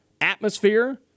atmosphere